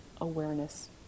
awareness